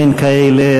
אין כאלה.